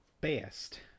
best